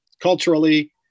Culturally